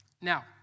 Now